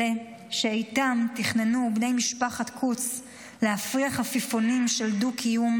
אלה שאיתם תכננו בני משפחת קוץ להפריח עפיפונים של דו-קיום,